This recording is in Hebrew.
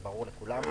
זה ברור לכולם.